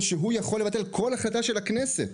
שיכול לבטל כל החלטה של הכנסת,